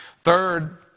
Third